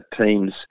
teams